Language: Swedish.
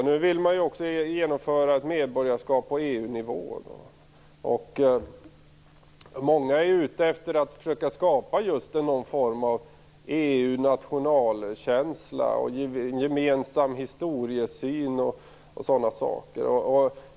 Nu vill man också genomföra medborgarskap på EU-nivå. Många är ute efter att försöka skapa just någon form av EU-nationalkänsla, gemensam historiesyn och sådant.